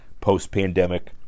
post-pandemic